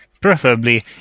Preferably